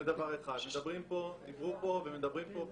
עברתי כבר כמה וכמה דברים בחיי.